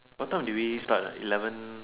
what time did we start ah eleven